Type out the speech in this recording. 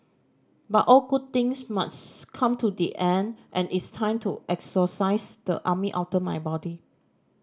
but all good things must come to the end and it's time to exorcise the army outta my body